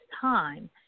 time